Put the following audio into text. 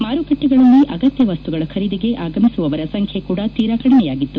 ಮಾರುಕಟ್ಟೆಗಳಲ್ಲಿ ಅಗತ್ಯ ವಸ್ತುಗಳ ಖರೀದಿಗೆ ಆಗಮಿಸುವವರ ಸಂಖ್ಯೆ ಕೂಡ ತೀರಾ ಕಡಿಮೆಯಾಗಿತ್ತು